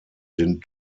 den